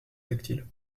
tactile